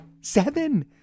Seven